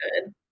good